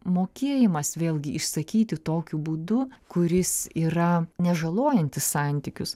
mokėjimas vėlgi išsakyti tokiu būdu kuris yra nežalojantis santykius